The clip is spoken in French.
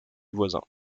voisins